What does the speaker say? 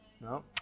No